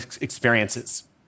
experiences